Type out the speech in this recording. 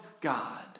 God